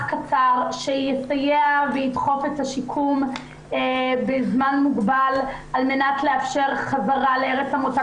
קצר שיסייע וידחוף את השיקום בזמן מוגבל על-מנת לאפשר חזרה לארץ המוצא,